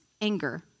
anger